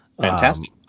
Fantastic